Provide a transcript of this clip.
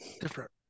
different